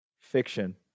Fiction